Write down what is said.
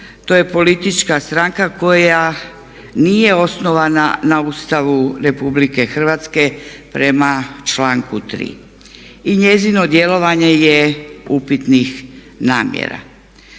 to je politička stranka koja nije osnovana na Ustavu RH prema članku 3. I njezino djelovanje je upitnih namjera.